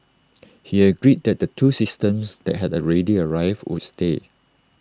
he agreed that the two systems that had already arrived would stay